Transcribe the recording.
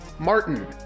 Martin